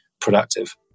productive